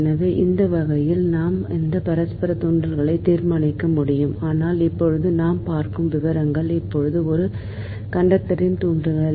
எனவே இந்த வழியில் நாம் அந்த பரஸ்பர தூண்டலைத் தீர்மானிக்க முடியும் ஆனால் இப்போது நாம் பார்க்கும் விவரங்கள் இப்போது ஒரு கண்டக்டரின் தூண்டல்